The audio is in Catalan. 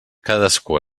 cadascú